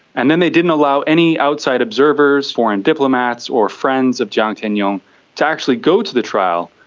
and then they didn't allow any outside observers, foreign diplomats or friends of jiang tianyong to actually go to the trial.